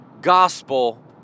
gospel